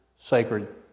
sacred